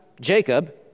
Jacob